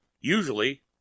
Usually